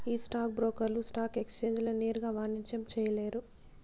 ఈ స్టాక్ బ్రోకర్లు స్టాక్ ఎక్సేంజీల నేరుగా వాణిజ్యం చేయలేరు